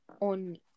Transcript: on